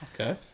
Okay